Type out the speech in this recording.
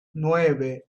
nueve